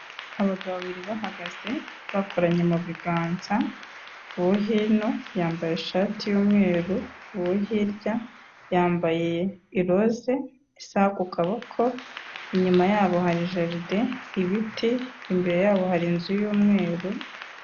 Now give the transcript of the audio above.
Abagabo babiri bahagaze. bakoranye mu biganza, uwo hino yambaye ishati y'umweru, uwo hirya yambaye irose, isaha ku kaboko, inyuma yabo hari jaride, ibiti, imbere yabo hari inzu y'umweru.